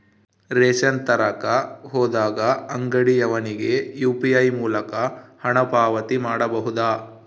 Ration ತರಕ ಹೋದಾಗ ಅಂಗಡಿಯವನಿಗೆ ಯು.ಪಿ.ಐ ಮೂಲಕ ಹಣ ಪಾವತಿ ಮಾಡಬಹುದಾ?